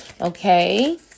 okay